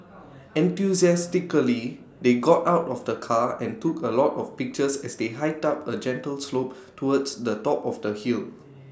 enthusiastically they got out of the car and took A lot of pictures as they hiked up A gentle slope towards the top of the hill